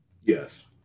Yes